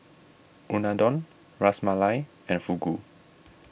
Unadon Ras Malai and Fugu